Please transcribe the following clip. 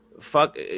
fuck